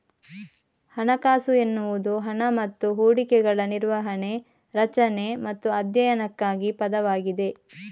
ಹಣಕಾಸು ಎನ್ನುವುದು ಹಣ ಮತ್ತು ಹೂಡಿಕೆಗಳ ನಿರ್ವಹಣೆ, ರಚನೆ ಮತ್ತು ಅಧ್ಯಯನಕ್ಕಾಗಿ ಪದವಾಗಿದೆ